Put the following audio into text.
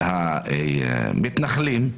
והמתנחלים,